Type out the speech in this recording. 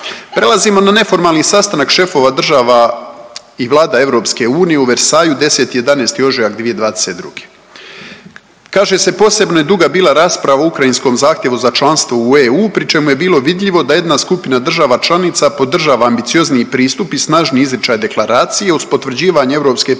Prelazimo na neformalni sastanak šefova država i Vlada EU u Versaillesu 10. i 11. ožujak 2022. Kaže se, posebno je duga bila rasprava o ukrajinskom zahtjevu za članstvo u EU, pri čemu je bilo vidljivo da jedna skupina država članica podržava ambiciozniji pristup i snažniji izričaj deklaracije uz potvrđivanje